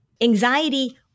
Anxiety